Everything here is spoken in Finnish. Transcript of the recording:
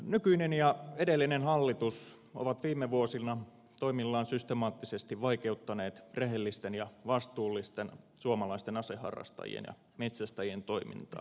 nykyinen ja edellinen hallitus ovat viime vuosina toimillaan systemaattisesti vaikeuttaneet rehellisten ja vastuullisten suomalaisten aseharrastajien ja metsästäjien toimintaa maassamme